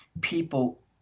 people